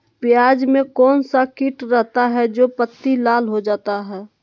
प्याज में कौन सा किट रहता है? जो पत्ती लाल हो जाता हैं